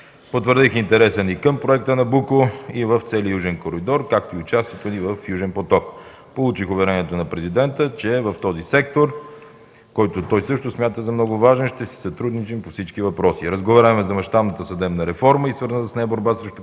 Потвърдих интереса ни към проекта „Набуко” и в целия южен коридор, както и участието ни в „Южен поток”. Получих уверенията на президента, че в този сектор, който той също смята за много важен, ще си сътрудничим по всички въпроси. Разговаряхме за мащабната съдебна реформа и свързаната с нея борба срещу